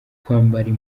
kwambara